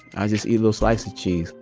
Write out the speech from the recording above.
i just a little slice of cheese.